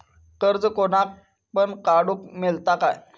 कर्ज कोणाक पण काडूक मेलता काय?